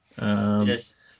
Yes